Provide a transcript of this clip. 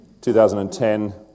2010